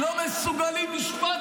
זה היה שווה את זה?